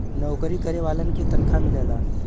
नऊकरी करे वालन के तनखा मिलला